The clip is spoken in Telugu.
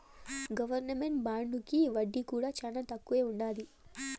గవర్నమెంట్ బాండుకి వడ్డీ కూడా చానా తక్కువే ఉంటది